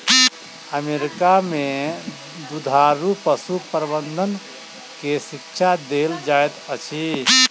America में दुधारू पशु प्रबंधन के शिक्षा देल जाइत अछि